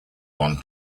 one